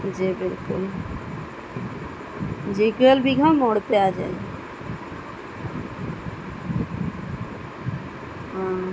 جی بالکل ج گوئل بگہ موڑ پہ آ جائے ہاں